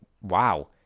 wow